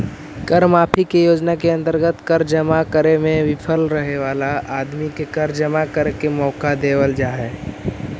कर माफी के योजना के अंतर्गत कर जमा करे में विफल रहे वाला आदमी के कर जमा करे के मौका देवल जा हई